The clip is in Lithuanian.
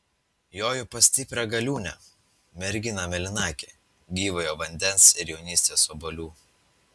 joju pas stiprią galiūnę merginą mėlynakę gyvojo vandens ir jaunystės obuolių